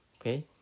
Okay